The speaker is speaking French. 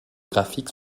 graphiques